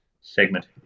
segment